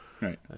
right